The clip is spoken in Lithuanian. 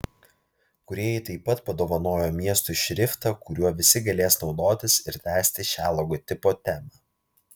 kūrėjai taip pat padovanojo miestui šriftą kuriuo visi galės naudotis ir tęsti šią logotipo temą